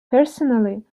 personally